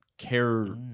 Care